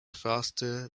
faster